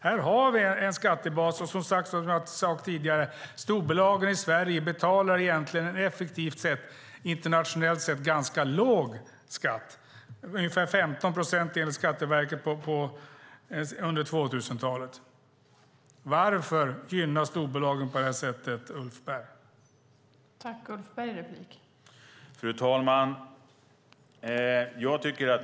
Som jag sade tidigare betalar storbolagen i Sverige egentligen effektivt sett ganska låg skatt i en internationell jämförelse, ungefär 15 procent enligt Skatteverket under 2000-talet. Varför gynna storbolagen på det här sättet, Ulf Berg?